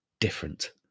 different